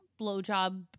blowjob